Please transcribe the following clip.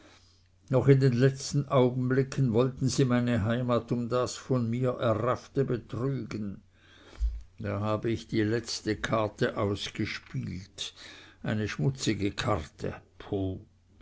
noch in den letzten augenblicken wollten sie meine heimat um das von mir erraffte betrügen da habe ich die letzte karte ausgespielt eine schmutzige karte